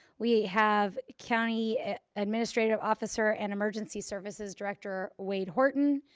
we have county administrative officer and emergency services director wade horton.